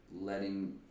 letting